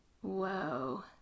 whoa